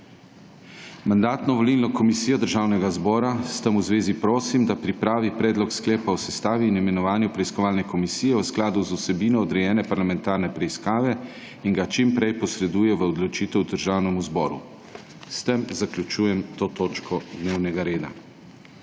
Mandatno-volilno komisijo Državnega zbora s tem v zvezi prosim, da pripravi predlog sklepa o sestavi in imenovanju preiskovalne komisije v skladu z vsebino odrejene parlamentarne preiskave in ga čim prej posreduje v odločitev Državnemu zboru. S tem zaključujem to točko dnevnega reda.